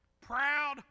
Proud